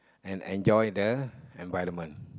and enjoy the environment